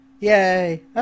Yay